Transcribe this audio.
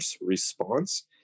response